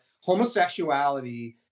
homosexuality